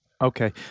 Okay